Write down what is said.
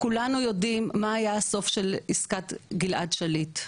כולנו יודעים מה היה הסוף של עסקת גלעד שליט,